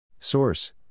Source